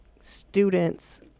students